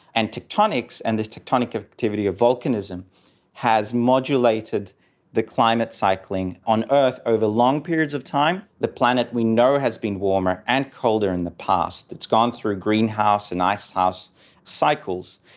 and tectonics and this tectonic activity of volcanism has modulated the climate cycling on earth over long periods of time. the planet we know has been warmer and colder in the past, it's gone through greenhouse and icehouse cycles.